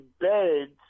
beds